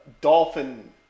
dolphin